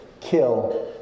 kill